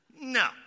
no